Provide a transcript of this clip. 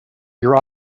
your